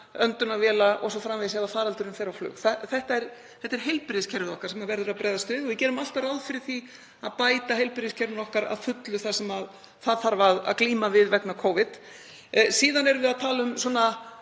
öndunarvélum og slíku ef faraldurinn fer á flug. Það er heilbrigðiskerfið okkar sem verður að bregðast við og við gerum alltaf ráð fyrir því að bæta heilbrigðiskerfinu okkar að fullu það sem það þarf að glíma við vegna Covid. Síðan erum við að tala um annars